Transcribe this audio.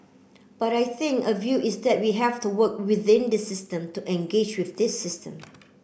but I think a view is that we have to work within this system to engage with this system